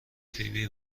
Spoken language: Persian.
فیبی